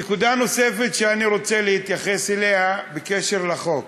נקודה נוספת שאני רוצה להתייחס אליה בקשר לחוק,